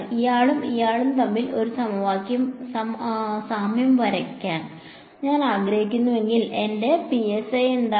ഇയാളും ഇയാളും തമ്മിൽ ഒരു സാമ്യം വരയ്ക്കാൻ ഞാൻ ആഗ്രഹിക്കുന്നുവെങ്കിൽ എന്റെ psi എന്താണ്